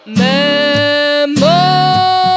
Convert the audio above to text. memories